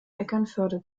eckernförde